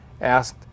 asked